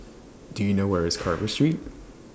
Do YOU know Where IS Carver Street